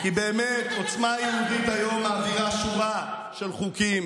כי באמת עוצמה יהודית היום מעבירה שורה של חוקים,